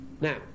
now